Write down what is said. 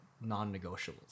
non-negotiables